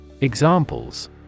Examples